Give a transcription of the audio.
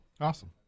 Awesome